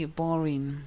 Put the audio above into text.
boring